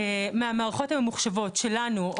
מהמערכות הממוחשבות שלנו,